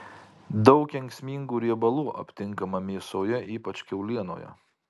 daug kenksmingų riebalų aptinkama mėsoje ypač kiaulienoje